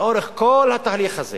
לאורך כל התהליך הזה